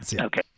Okay